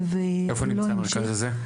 איפה נמצא המרכז הזה?